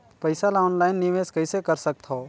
पईसा ल ऑनलाइन निवेश कइसे कर सकथव?